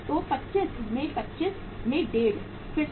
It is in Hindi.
तो 25 में 20 में डेढ़ फिर से